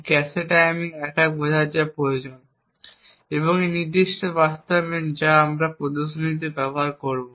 এই cache timing attack বোঝার জন্য যা প্রয়োজন এই নির্দিষ্ট বাস্তবায়ন যা আমরা এই প্রদর্শনীতে ব্যবহার করব